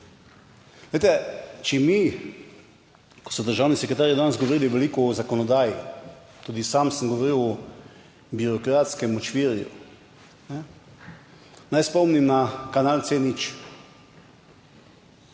Glejte, če mi, ko so državni sekretarji danes govorili veliko o zakonodaji, tudi sam sem govoril o birokratskem močvirju. Naj spomnim na kanal C0.